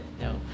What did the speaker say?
no